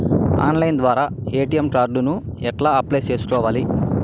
Online ద్వారా ATM card కు apply ఎట్లా సేసుకోవాలి?